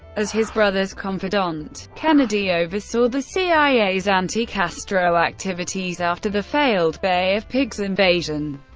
as his brother's confidant, kennedy oversaw the cia's anti-castro activities after the failed bay of pigs invasion.